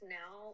now